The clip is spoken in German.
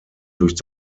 durch